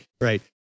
right